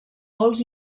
dolç